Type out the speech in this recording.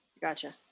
Gotcha